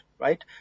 Right